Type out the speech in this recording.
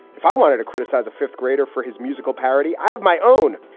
if i wanted to criticize a fifth grader for his musical parody, i have my own.